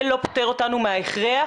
זה לא פוטר אותנו מההכרח,